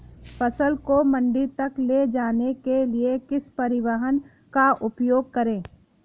फसल को मंडी तक ले जाने के लिए किस परिवहन का उपयोग करें?